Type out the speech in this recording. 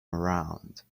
around